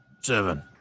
Seven